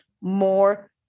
More